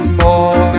more